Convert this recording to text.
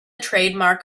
trademark